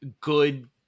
good